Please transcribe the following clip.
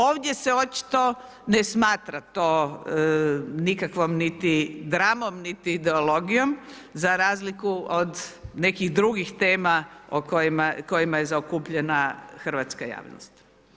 Ovdje se očito ne smatra to nikakvom niti dramom niti ideologijom, za razliku od nekih drugih tema o kojima je zaokupljena hrvatska javnost.